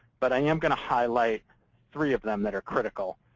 but i am going to highlight three of them that are critical,